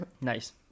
Nice